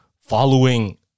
following